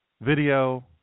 Video